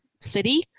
city